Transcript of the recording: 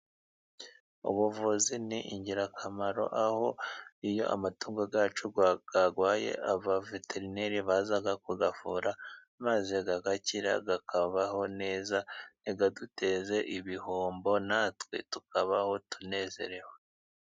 Ubuvuzi ni ingirakamaro, aho iyo amatungo yacu yarwaye aba veterineri baza kuyavura maze agakira akabaho neza ntaduteze ibihombo, natwe tukabaho tunezerewe.